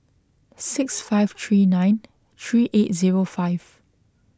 six five three nine three eight zero five